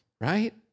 right